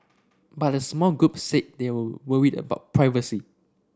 but a small group said they were worried about privacy